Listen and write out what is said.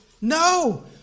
No